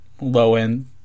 low-end